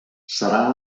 serà